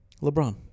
LeBron